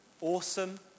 awesome